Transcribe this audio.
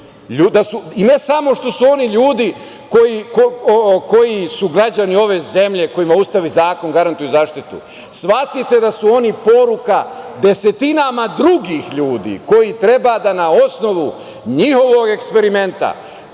I ne samo što su oni ljudi koji su građani ove zemlje, kojima Ustav i zakon garantuju zaštitu, shvatite da su oni poruka desetinama drugih ljudi koji treba da na osnovu njihovog eksperimenta,